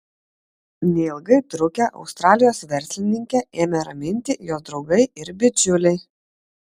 neilgai trukę australijos verslininkę ėmė raminti jos draugai ir bičiuliai